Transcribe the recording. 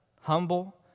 humble